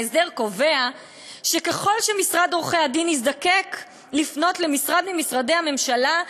ההסדר קובע ש"ככל שמשרד עורך-הדין יזדקק לפנות למשרד ממשרדי הממשלה,